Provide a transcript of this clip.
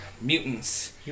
mutants